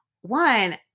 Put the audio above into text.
one